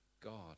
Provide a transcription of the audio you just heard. God